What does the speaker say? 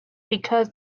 because